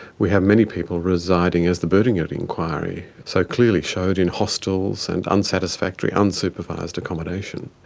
we have many people residing, as the burdekin inquiry so clearly showed, in hostels and unsatisfactory, unsupervised accommodation.